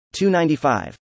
295